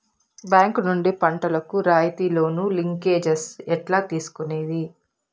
Bank నుండి పంటలు కు రాయితీ లోను, లింకేజస్ ఎట్లా తీసుకొనేది?